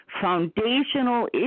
foundational